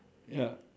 ya